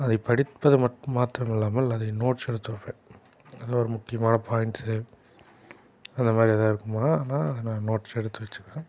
அதைப் படிப்பது மட் மாத்திரம் இல்லாமல் அதை நோட்ஸ் எடுத்து வைப்பேன் அதில் வர்ற முக்கியமான பாயிண்ட்ஸு அந்த மாதிரி ஏதாவது இருக்குமானால் நான் நோட்ஸ் எடுத்து வச்சுக்குவேன்